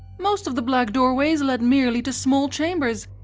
most of the black doorways led merely to small chambers,